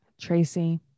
Tracy